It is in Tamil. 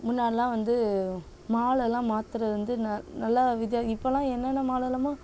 முன்னாடிலாம் வந்து மாலைலாம் மாற்றுறது வந்து ந நல்லா வித்யா இப்போலாம் என்னென்ன மாலைலாமோ